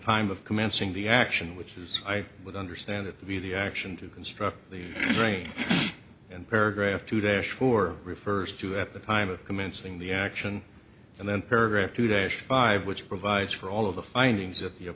time of commencing the action which is i would understand it to be the action to construct the brain and paragraph to they're sure refers to at the time of commencing the action and then paragraph two days five which provides for all of the findings of